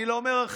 אני לא מרכל,